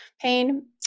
pain